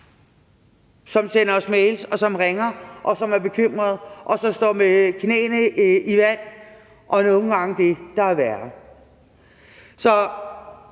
som sender os mails, som ringer, som er bekymret, og som står med knæene i vand og nogle gange det, der er værre. Så